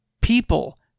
people